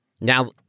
Now